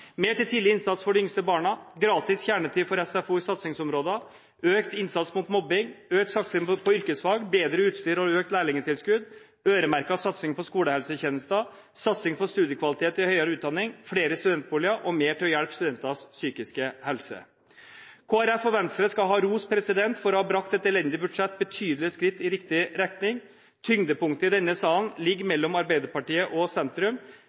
mer til tidlig innsats for de yngste barna, gratis kjernetid for SFO i satsingsområdene, økt innsats mot mobbing, økt satsing på yrkesfag, bedre utstyr, økt lærlingtilskudd, øremerket satsing på skolehelsetjenesten, satsing på studiekvalitet i høyere utdanning, flere studentboliger og mer til studenters psykiske helse. Kristelig Folkeparti og Venstre skal ha ros for å ha brakt et elendig budsjett betydelig i riktig retning. Tyngdepunktet i denne salen ligger mellom Arbeiderpartiet og sentrum.